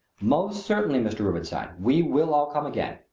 most certainly, mr. rubenstein. we will all come again.